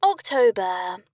October